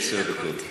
עשר דקות.